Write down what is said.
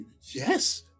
yes